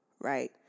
right